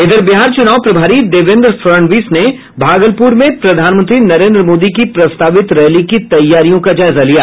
इधर बिहार चुनाव प्रभारी देवेन्द्र फडणवीस ने भागलपुर में प्रधानमंत्री नरेंद्र मोदी की प्रस्तावित रैली की तैयारियों का जायजा लिया